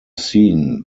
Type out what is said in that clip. seen